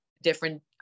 different